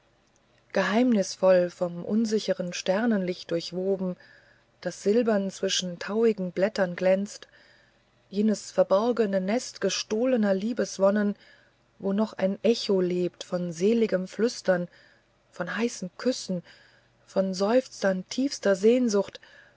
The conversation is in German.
geheimnisvoll vom unsicheren sternenlicht durchwoben das silbern zwischen tauigen blättern glänzt jenes verborgene nest gestohlener liebeswonne wo noch ein echo lebt von seligem flüstern von heißen küssen von seufzern tiefsten sehnens